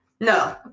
No